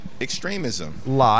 extremism